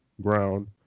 ground